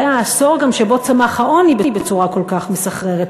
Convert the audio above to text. זה העשור שבו גם צמח העוני בצורה כל כך מסחררת.